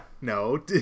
No